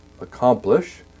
accomplish